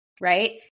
right